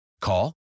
Call